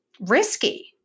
risky